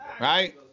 right